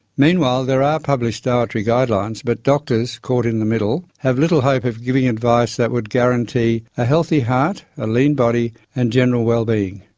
meanwhile there are published dietary guidelines, but doctors, caught in the middle, have little hope of giving advice that would guarantee a healthy heart, a lean body, and general wellbeing.